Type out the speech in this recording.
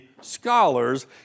scholars